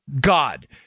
God